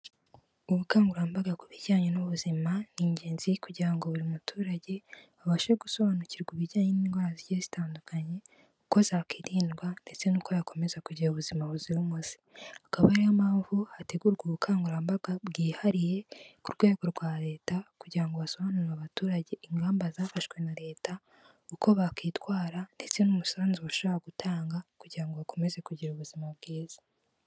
Ubukangurambaga ku bijyanye n'ubuzima ni ingenzi kugira ngo buri muturage abashe gusobanukirwa ibijyanye n'indwara zigiye zitandukanye uko zakirindwa ndetse n'uko yakomeza kugira ubuzima buzira umuze, akaba ariyo mpamvu hategurwa ubukangurambaga bwihariye ku rwego rwa leta kugira ngo basobanurire abaturage ingamba zafashwe na Leta, uko bakwitwara ndetse n'umusanzu bashobora gutanga kugira ngo bakomeze kugira ubuzima bwiza.